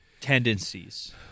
tendencies